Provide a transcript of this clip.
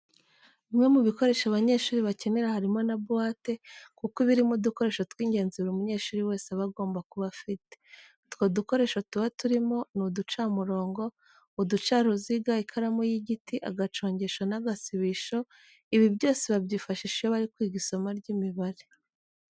Bimwe mu bikoresho abanyeshuri bakenera harimo na buwate kuko iba irimo udukoresho tw'ingenzi buri munyeshuri wese aba agomba kuba afite. Utwo dukoresho tuba turimo ni uducamurongo, uducaruziga, ikaramu y'igiti, agacongesho n'agasibisho, ibi byose babyifashisha iyo bari kwiga isomo ry'imibare.